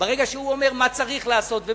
ברגע שהוא אומר מה צריך לעשות